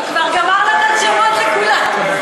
הוא כבר גמר לתת שמות לכולם.